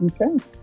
Okay